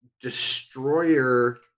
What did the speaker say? destroyer